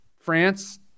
france